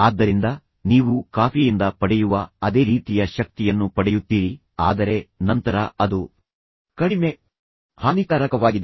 ಆದ್ದರಿಂದ ನೀವು ಕಾಫಿ ಯಿಂದ ಪಡೆಯುವ ಅದೇ ರೀತಿಯ ಶಕ್ತಿಯನ್ನು ಪಡೆಯುತ್ತೀರಿ ಆದರೆ ನಂತರ ಅದು ಕಡಿಮೆ ಹಾನಿಕಾರಕವಾಗಿದೆ